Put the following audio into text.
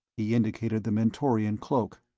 he indicated the mentorian cloak.